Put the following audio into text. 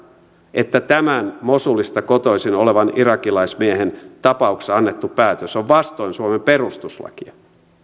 että tämän mosulista kotoisin olevan irakilaismiehen tapauksessa annettu päätös on vastoin suomen perustuslakia